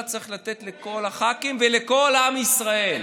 צריך לתת לכל הח"כים ולכל עם ישראל.